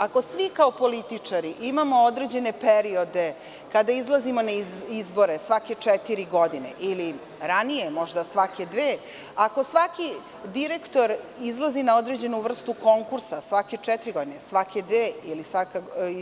Ako svi kao političari imamo određene periode kada izlazimo na izbore, svake četiri godine ili ranije, možda svake dve, ako svaki direktor izlazi na određenu vrstu konkursa svake četiri godine, svake dve,